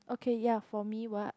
okay ya for me what